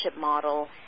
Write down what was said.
model